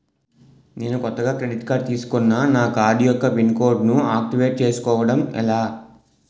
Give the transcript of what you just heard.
నేను కొత్తగా credit card తిస్కున్నా నా కార్డ్ యెక్క పిన్ కోడ్ ను ఆక్టివేట్ చేసుకోవటం ఎలా?